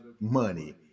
money